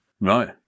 Right